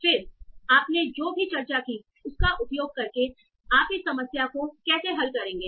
फिर आपने जो भी चर्चा की उसका उपयोग करके आप इस समस्या को कैसे हल करेंगे